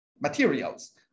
materials